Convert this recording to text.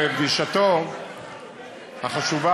לאחל הצלחה לראש הממשלה בפגישתו החשובה